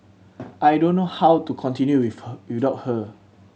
I don't know how to continue with her without her